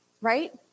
Right